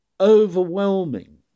overwhelming